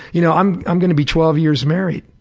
you know i'm i'm gonna be twelve years married.